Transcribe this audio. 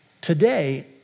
today